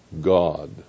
God